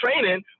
training